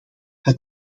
het